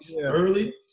early